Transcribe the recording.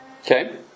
Okay